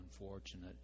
unfortunate